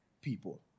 people